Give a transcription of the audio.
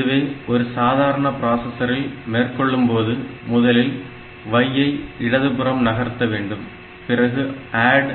இதுவே ஒரு சாதாரண பிராசசரில் மேற்கொள்ளும்போது முதலில் Y ஐ இடதுபுறம் நகர்த்த வேண்டும் பிறகு ADD